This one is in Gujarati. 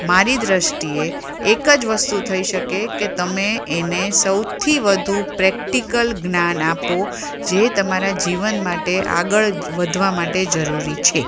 મારી દૃષ્ટિએ એક જ વસ્તુ થઈ શકે કે તમે એને સૌથી વધુ પ્રેક્ટિકલ જ્ઞાન આપો જે તમારા જીવન માટે આગળ વધવા માટે જરૂરી છે